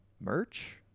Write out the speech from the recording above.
Merch